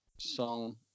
song